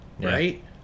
Right